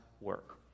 work